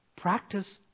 practice